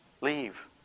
leave